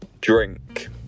drink